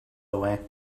away